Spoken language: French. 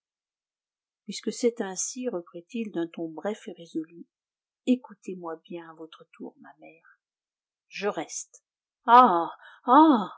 puisque c'est ainsi reprit-il d'un ton bref et résolu écoutez-moi bien à votre tour ma mère je reste ah ah